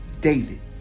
David